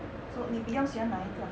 so 你比较喜欢哪一个